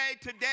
today